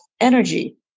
energy